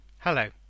Hello